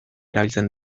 erabiltzen